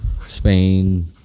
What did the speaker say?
Spain